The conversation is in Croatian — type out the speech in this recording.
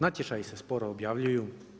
Natječaji se sporo objavljuju.